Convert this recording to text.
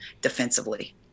defensively